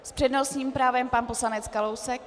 S přednostním právem pan poslanec Kalousek.